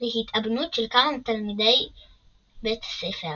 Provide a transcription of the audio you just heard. להתאבנות של כמה מתלמידי בית ספר,